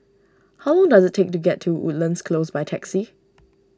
how long does it take to get to Woodlands Close by taxi